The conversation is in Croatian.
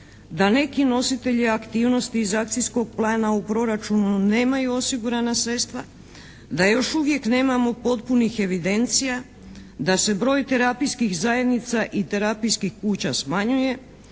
da neki nositelji aktivnosti iz akcijskog plana u proračunu nemaju osigurana sredstva, da još uvijek nemamo potpunih evidencija, da se broj terapijskih zajednica i terapijskih kuća smanjuje,